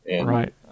Right